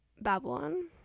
babylon